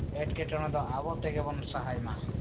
ᱮᱴᱠᱮᱴᱚᱬᱮ ᱫᱚ ᱟᱵᱚ ᱛᱮᱜᱮ ᱵᱚᱱ ᱥᱟᱦᱟᱭᱢᱟ